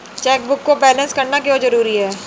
Chequebook को बैलेंस करना क्यों जरूरी है?